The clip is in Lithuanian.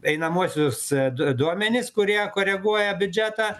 einamuosius duo duomenis kurie koreguoja biudžetą